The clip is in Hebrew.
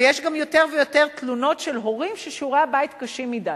ויש גם יותר ויותר תלונות של הורים ששיעורי-הבית קשים מדי,